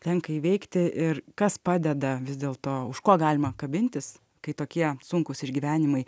tenka įveikti ir kas padeda vis dėlto už ko galima kabintis kai tokie sunkūs išgyvenimai